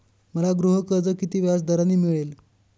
मला गृहकर्ज किती व्याजदराने मिळेल?